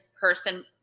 person